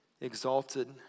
exalted